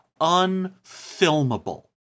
unfilmable